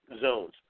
zones